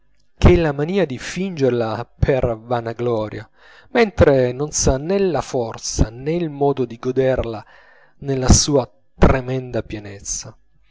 che è la manìa di fingerla per vanagloria mentre non s'ha nè la forza nè il modo di goderla nella sua tremenda pienezza